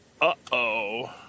uh-oh